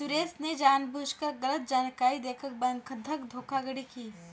सुरेश ने जानबूझकर गलत जानकारी देकर बंधक धोखाधड़ी की